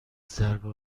ضربه